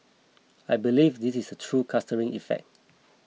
I believe this is a true clustering effect